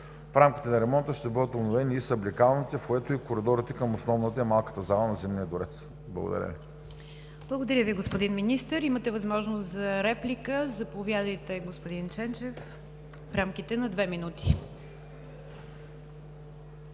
В рамките на ремонта ще бъдат обновени и съблекалните, фоайето и коридорите към основната и малката зали на Зимния дворец. Благодаря Ви. ПРЕДСЕДАТЕЛ НИГЯР ДЖАФЕР: Благодаря Ви, господин Министър. Имате възможност за реплика – заповядайте, господин Ченчев, в рамките на 2 минути.